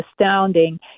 astounding